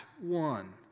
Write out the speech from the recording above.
one